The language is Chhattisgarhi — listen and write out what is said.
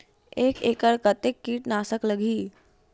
एक एकड़ कतेक किट नाशक लगही?